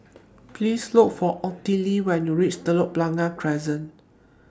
Please Look For Ottilie when YOU REACH Telok Blangah Crescent